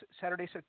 Saturday